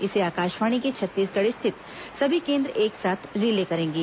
इसे आकाशवाणी के छत्तीसगढ़ स्थित सभी केन्द्र एक साथ रिले करेंगे